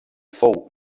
fou